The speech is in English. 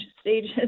stages